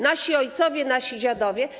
Nasi ojcowie, nasi dziadowie?